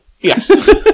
Yes